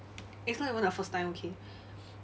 it's not even the first time okay